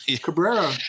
Cabrera